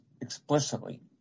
explicitly